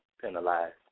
penalized